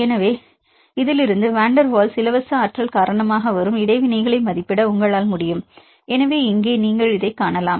எனவே இதிலிருந்து van der Waals இலவச ஆற்றல் காரணமாக வரும் இடைவினைகளை மதிப்பிட உங்களால் முடியும் எனவே இங்கே நீங்கள் இதைக் காணலாம்